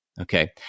okay